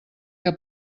que